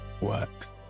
works